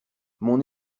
mon